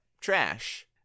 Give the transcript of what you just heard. trash